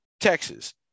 Texas